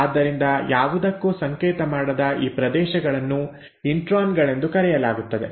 ಆದ್ದರಿಂದ ಯಾವುದಕ್ಕೂ ಸಂಕೇತ ಮಾಡದ ಈ ಪ್ರದೇಶಗಳನ್ನು ಇಂಟ್ರಾನ್ ಗಳೆಂದು ಕರೆಯಲಾಗುತ್ತದೆ